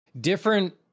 different